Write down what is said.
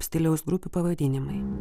stiliaus grupių pavadinimai